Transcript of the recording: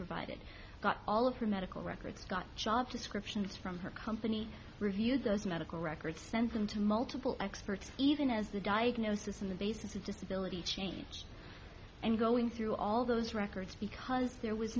provided got all of her medical records got job descriptions from her company review those medical records send them to multiple experts even as the diagnosis on the basis of disability change and going through all those records because there was